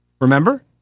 remember